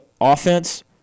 offense